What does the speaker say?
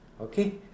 Okay